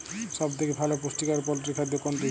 সব থেকে ভালো পুষ্টিকর পোল্ট্রী খাদ্য কোনটি?